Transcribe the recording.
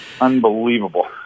Unbelievable